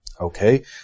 Okay